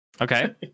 Okay